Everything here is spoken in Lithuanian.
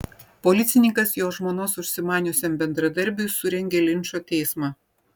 policininkas jo žmonos užsimaniusiam bendradarbiui surengė linčo teismą